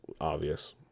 obvious